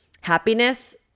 happiness